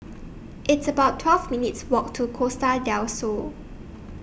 It's about twelve minutes' Walk to Costa Del Sol